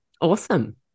Awesome